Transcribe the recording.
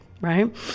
Right